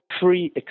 Free